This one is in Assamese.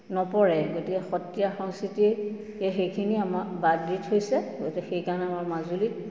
নপৰে গতিকে সত্ৰীয়া সংস্কৃতিকে সেইখিনি আমাক বাদ দি থৈছে গতিকে সেইকাৰণে আমাৰ মাজুলীত